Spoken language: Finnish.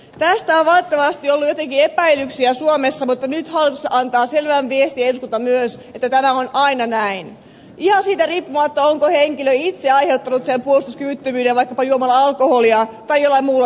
tästä on valitettavasti ollut jotenkin epäilyksiä suomessa mutta nyt hallitus antaa selvän viestin ja eduskunta myös että tämä on aina näin ihan siitä riippumatta onko henkilö itse aiheuttanut sen puolustuskyvyttömyyden vaikkapa juomalla alkoholia tai jollain muulla tavalla